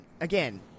again